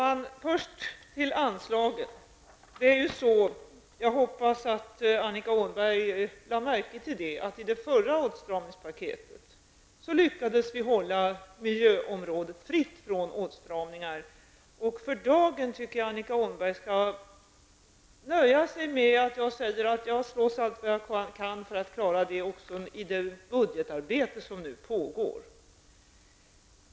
Herr talman! Först vill jag ta upp anslaget. Jag hoppas att Annika Åhnberg lade märke till att vi i det förra åtstramningspaketet lyckades hålla miljöområdet fritt från åtstramningar. Och för dagen tycker jag att Annika Åhnberg skall nöja sig med att jag säger att jag slåss allt jag kan för att klara det även i det budgetarbete som nu pågår.